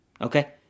Okay